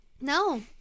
No